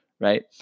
right